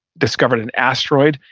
discovered an asteroid,